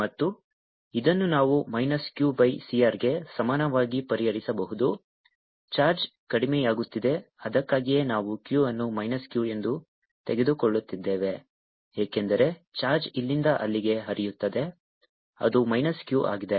VIR VRI dQdt QCR ಮತ್ತು ಇದನ್ನು ನಾವು ಮೈನಸ್ Q ಬೈ CR ಗೆ ಸಮಾನವಾಗಿ ಪರಿಹರಿಸಬಹುದು ಚಾರ್ಜ್ ಕಡಿಮೆಯಾಗುತ್ತಿದೆ ಅದಕ್ಕಾಗಿಯೇ ನಾವು Q ಅನ್ನು ಮೈನಸ್ Q ಎಂದು ತೆಗೆದುಕೊಳ್ಳುತ್ತಿದ್ದೇವೆ ಏಕೆಂದರೆ ಚಾರ್ಜ್ ಇಲ್ಲಿಂದ ಅಲ್ಲಿಗೆ ಹರಿಯುತ್ತದೆ ಅದು ಮೈನಸ್ Q ಆಗಿದೆ